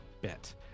bit